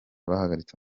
bahagaritse